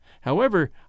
However